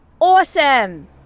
awesome